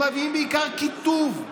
הם מביאים בעיקר קיטוב,